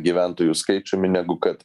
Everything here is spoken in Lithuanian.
gyventojų skaičiumi negu kad